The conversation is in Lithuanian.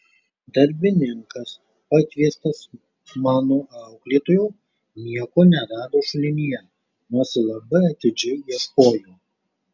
darbininkas pakviestas mano auklėtojo nieko nerado šulinyje nors ir labai atidžiai ieškojo